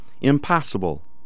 Impossible